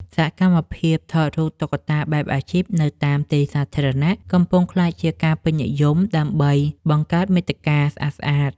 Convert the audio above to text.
សកម្មភាពថតរូបតុក្កតាបែបអាជីពនៅតាមទីសាធារណៈ កំពុងក្លាយជាការពេញនិយមដើម្បីបង្កើតមាតិកាស្អាតៗ។